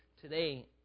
Today